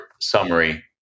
summary